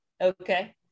Okay